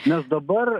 nes dabar